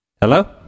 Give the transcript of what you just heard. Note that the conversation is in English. hello